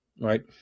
right